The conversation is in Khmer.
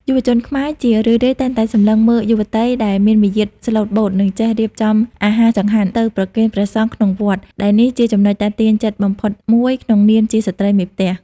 យុវជនខ្មែរជារឿយៗតែងតែសម្លឹងមើលយុវតីដែលមានមារយាទស្លូតបូត និងចេះរៀបចំអាហារចង្ហាន់ទៅប្រគេនព្រះសង្ឃក្នុងវត្ត ដែលនេះជាចំណុចទាក់ទាញចិត្តបំផុតមួយក្នុងនាមជាស្ត្រីមេផ្ទះ។